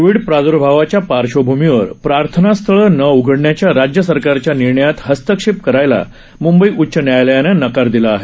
Covid प्रादर्भावाच्या पार्श्वभूमीवर प्रार्थना स्थळं न उघडण्याच्या राज्य सरकारच्या निर्णयात हस्तक्षेप करायला मुंबई उच्च न्यायालयानं नकार दिला आहे